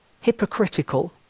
hypocritical